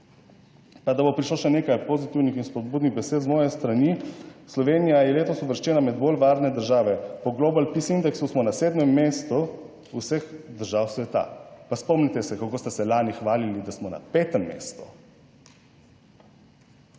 Pa da bo prišlo še nekaj pozitivnih in spodbudnih besed z moje strani. Slovenija je letos uvrščena med bolj varne države. Po Global peace indeksu smo na 7 mestu vseh držav sveta. Pa spomnite se, kako ste se lani hvalili, da smo na 5 mestu.